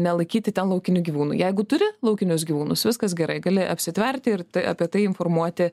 nelaikyti ten laukinių gyvūnų jeigu turi laukinius gyvūnus viskas gerai gali apsitverti ir apie tai informuoti